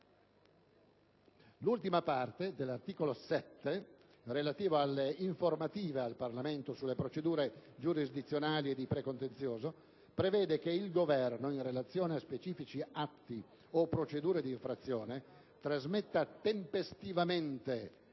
L'ultima parte dell'articolo 7, relativa alle informative al Parlamento sulle procedure giurisdizionali e di precontenzioso, prevede che il Governo, in relazione a specifici atti o procedure di infrazione, trasmetta tempestivamente